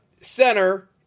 center